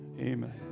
amen